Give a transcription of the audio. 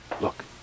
look